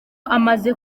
amaze